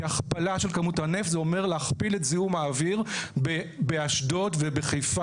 כי הכפלה של כמות הנפט זה אומר להכפיל את זיהום האוויר באשדוד ובחיפה.